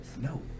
No